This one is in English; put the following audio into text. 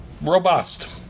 robust